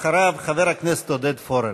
אחריו, חבר הכנסת עודד פורר.